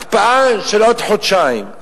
הקפאה של עוד חודשיים.